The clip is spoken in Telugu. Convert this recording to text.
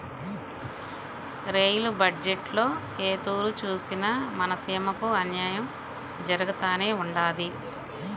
రెయిలు బజ్జెట్టులో ఏ తూరి సూసినా మన సీమకి అన్నాయం జరగతానే ఉండాది